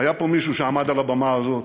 היה פה מישהו שעמד על הבמה הזאת,